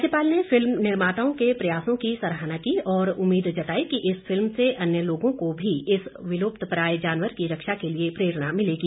राज्यपाल ने फिल्म निर्माताओं के प्रयासों की सराहना की और उम्मीद जताई कि इस फिल्म से अन्य लोगों को भी इस विलुप्तप्रायः जानवर की रक्षा के लिए प्रेरणा मिलेगी